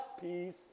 peace